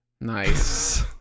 nice